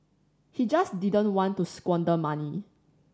he just didn't want to squander money